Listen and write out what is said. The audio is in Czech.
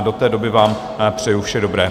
Do té doby vám přeju vše dobré.